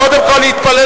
קודם כול להתפלל,